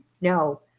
No